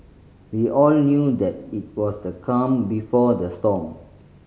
we all knew that it was the calm before the storm